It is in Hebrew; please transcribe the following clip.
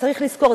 צריך לזכור,